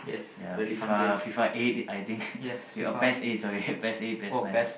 ya FIFA FIFA eight I think uh P_S eight sorry P_S eight P_S nine lah